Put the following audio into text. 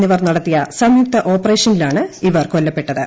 എന്നിവർ നടത്തിയ സംയുക്ത ഓപ്പറേഷരിലാണ് ഇവർ കൊല്ലപ്പെട്ടത്